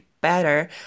better